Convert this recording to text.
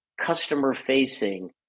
customer-facing